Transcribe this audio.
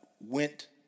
went